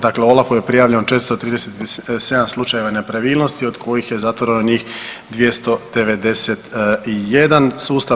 Dakle Olafu je prijavljeno 437 slučajeva nepravilnosti od kojih je zatvoreno njih 291 sustav.